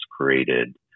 created